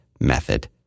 method